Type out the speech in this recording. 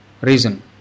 reason